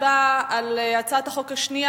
לפיכך, אני קובעת שהצעת החוק תועבר לוועדת החוקה,